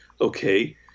Okay